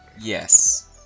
Yes